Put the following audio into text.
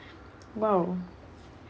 !wow!